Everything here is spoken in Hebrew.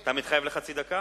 אתה מתחייב לחצי דקה?